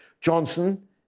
Johnson